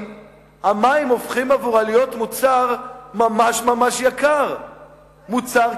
הופכים להיות מוצר ממש ממש יקר בשבילה,